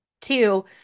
two